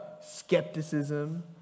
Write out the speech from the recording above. skepticism